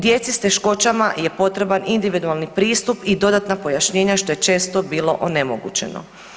Djeci sa teškoćama je potreban individualni pristup i dodatna pojašnjenja što je često bilo onemogućeno.